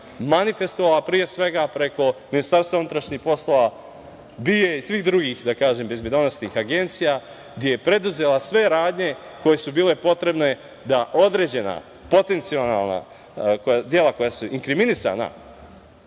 manifestovala, pre svega, preko Ministarstva unutrašnjih poslova, BIA i svih drugih bezbednosnih agencija, gde je preduzela sve radnje koje su bile potrebne da određena potencijalna dela koja su inkriminisana